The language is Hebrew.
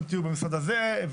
אתם תהיו במשרד הזה,